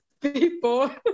people